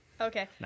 Okay